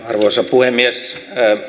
puhemies